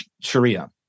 Sharia